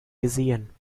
gesehen